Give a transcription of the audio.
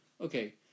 Okay